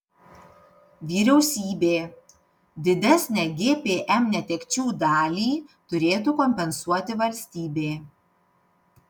vyriausybė didesnę gpm netekčių dalį turėtų kompensuoti valstybė